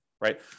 right